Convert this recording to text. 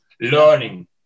learning